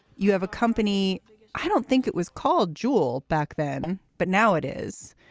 you have a company i don't think it was called jewel back then, but now it is.